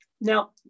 Now